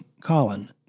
Colin